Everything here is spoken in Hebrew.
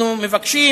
אנחנו מבקשים